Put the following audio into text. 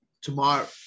tomorrow